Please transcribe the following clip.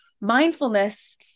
mindfulness